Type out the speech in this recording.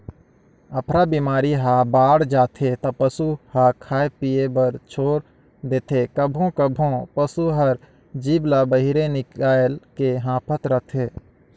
अफरा बेमारी ह बाड़ जाथे त पसू ह खाए पिए बर छोर देथे, कभों कभों पसू हर जीभ ल बहिरे निकायल के हांफत रथे